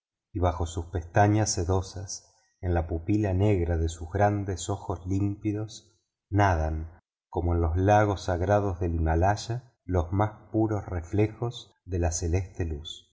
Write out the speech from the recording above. y bajo sus pestañas sedosas en la pupila negra de sus grandes ojos límpidos nadan como en los lagos sagrados del himalaya los más puros reflejos de la celeste luz